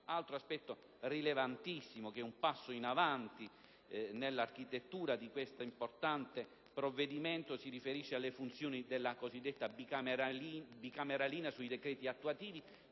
altro passaggio rilevantissimo che rappresenta un passo in avanti nell'architettura di questo importante provvedimento si riferisce alle funzioni della cosiddetta bicameralina sui decreti attuativi,